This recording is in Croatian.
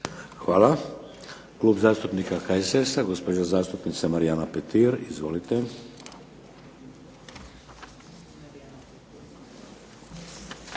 Hvala. Klub zastupnika HSS-a, gospođa zastupnica Marijana Petir. Izvolite.